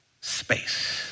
space